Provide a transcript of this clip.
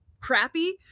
crappy